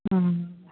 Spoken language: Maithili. हँ